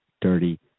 dirty